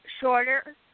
shorter